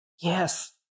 Yes